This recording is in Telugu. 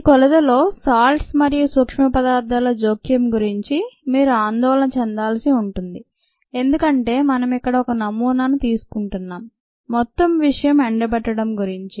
ఈ కొలతలో సాల్ట్స్ మరియు సూక్ష్మపదార్థాల జోక్యం గురించి మీరు ఆందోళన చెందాల్సి ఉంటుంది ఎందుకంటే మనం ఇక్కడ ఒక నమూనాను తీసుకుంటున్నాం మొత్తం విషయం ఎండబెట్టడం గురించి